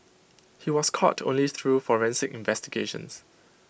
he was caught only through forensic investigations